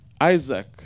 Isaac